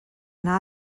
yna